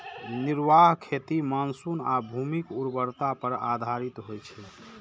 निर्वाह खेती मानसून आ भूमिक उर्वरता पर आधारित होइ छै